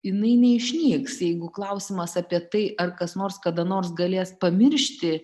jinai neišnyks jeigu klausimas apie tai ar kas nors kada nors galės pamiršti